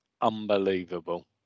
unbelievable